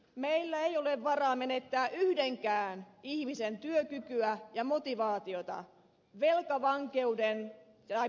meillä ei ole varaa menettää yhdenkään ihmisen työkykyä ja motivaatiota velkavankeuden tai pitkäaikaistyöttömyyden seurauksena